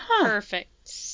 Perfect